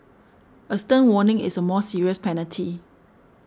a stern warning is a more serious penalty